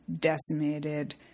decimated